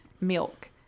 milk